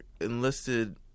enlisted